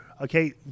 okay